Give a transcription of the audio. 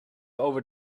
over